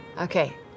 Okay